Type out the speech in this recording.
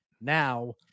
Now